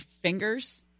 fingers